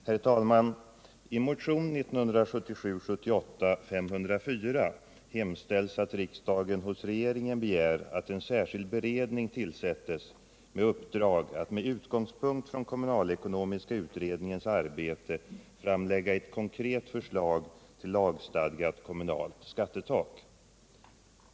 Herr talman! I motionen 1977/78:504 hemställs att riksdagen hos regeringen begär att en särskild beredning tillsätts med uppdrag att med utgångspunkt i kommunalekonomiska utredningens arbete framlägga ett konkret förslag till lagstadgat kommunalt skattetak.